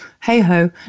Hey-ho